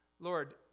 Lord